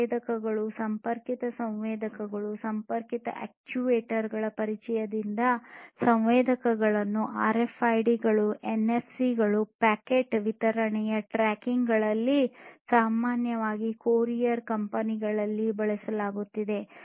ಸಂವೇದಕಗಳು ಸಂಪರ್ಕಿತ ಸಂವೇದಕಗಳು ಸಂಪರ್ಕಿತ ಅಕ್ಚುಯೇಟರ್ ಗಳ ಪರಿಚಯದಿಂದ ಸಂವೇದಕಗಳನ್ನು ಆರ್ಎಫ್ಐಡಿ ಗಳು ಎನ್ಎಫ್ಸಿಗಳು ಪ್ಯಾಕೇಜ್ ವಿತರಣೆಯ ಟ್ರ್ಯಾಕಿಂಗ್ ಗಳಲ್ಲಿ ಸಾಮಾನ್ಯವಾಗಿ ಕೊರಿಯರ್ ಕಂಪನಿಗಳಿಂದ ಬಳಸಲಾಗುತ್ತಿದೆ